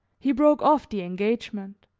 he broke off the engagement,